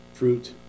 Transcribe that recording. Fruit